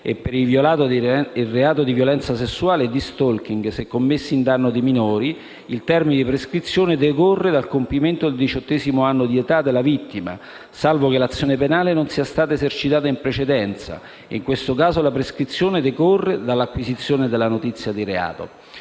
e per il reato di violenza sessuale e di *stalking* se commessi in danno di minori, il termine di prescrizione decorre dal compimento del diciottesimo anno di età della vittima, salvo che l'azione penale non sia stata esercitata in precedenza. In questo caso la prescrizione decorre dall'acquisizione della notizia di reato.